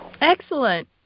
Excellent